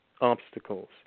obstacles